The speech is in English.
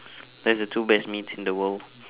that's the two best meats in the world